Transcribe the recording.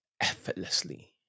effortlessly